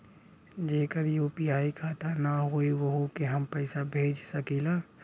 जेकर यू.पी.आई खाता ना होई वोहू के हम पैसा भेज सकीला?